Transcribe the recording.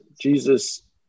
Jesus